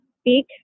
speak